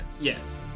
Yes